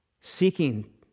seeking